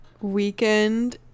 weekend